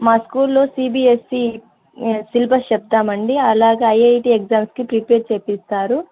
మా స్కూల్లో CBSE syllabus చెప్తామండి అలాగే ఐఐటి ఎగ్జామ్స్కి ప్రిపేర్ చేయిస్తారు